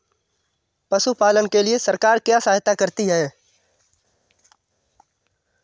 पशु पालन के लिए सरकार क्या सहायता करती है?